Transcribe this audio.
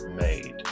made